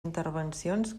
intervencions